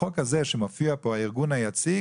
בחוק הזה שמופיע פה הארגון היציג,